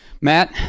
Matt